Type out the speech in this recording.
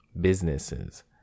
businesses